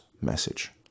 message